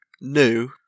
new